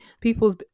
people's